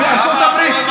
הוא עוד מעט יסביר.